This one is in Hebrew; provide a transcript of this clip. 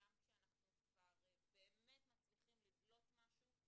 שגם שכשאנחנו כבר באמת מצליחים לדלות משהו,